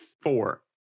four